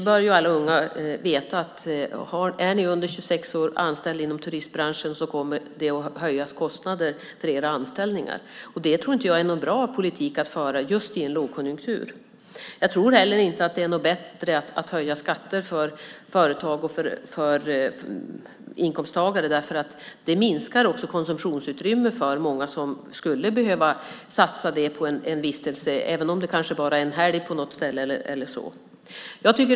Alla ungdomar bör veta att om de är under 26 år och anställda inom turistbranschen kommer kostnaderna för deras anställningar att höjas. Jag tror inte att det är en bra politik att föra just i en lågkonjunktur. Jag tror inte heller att det är bättre att höja skatter för företag eller inkomsttagare. Det minskar också konsumtionsutrymmet för många som skulle behöva satsa på en vistelse - även om det bara är fråga om en helg.